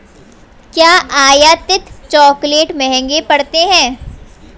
क्या आयातित चॉकलेट महंगे पड़ते हैं?